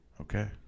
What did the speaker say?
Okay